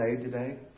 today